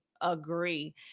agree